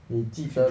你记得 ah